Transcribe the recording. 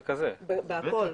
בכל.